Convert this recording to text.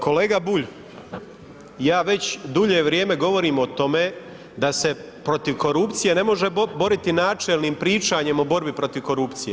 Kolega Bulj, ja već dulje vrijeme govorim o tome da se protiv korupcije ne može boriti načelnim pričanjem o borbi protiv korupcije.